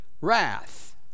wrath